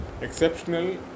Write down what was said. exceptional